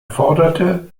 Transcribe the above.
forderte